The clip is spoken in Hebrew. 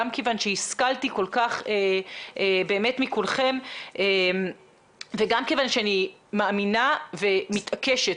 גם כיוון שהשכלתי כל כך באמת מכולכם וגם כיוון שאני מאמינה ומתעקשת